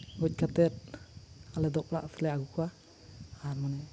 ᱜᱚᱡ ᱠᱟᱛᱮ ᱟᱞᱮ ᱫᱚ ᱚᱲᱟᱜ ᱛᱮᱞᱮ ᱟᱹᱜᱩ ᱠᱚᱣᱟ ᱟᱨ ᱢᱟᱱᱮ